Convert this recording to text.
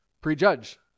prejudge